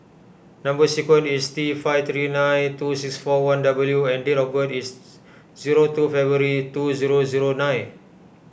Number Sequence is T five three nine two six four one W and date of birth is zero two February two zero zero nine